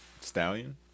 Stallion